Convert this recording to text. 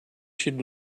should